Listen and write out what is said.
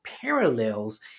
parallels